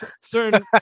certain